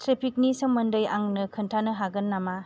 ट्रेफिकनि सोमोन्दै आंनो खोन्थानो हागोन नामा